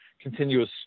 continuous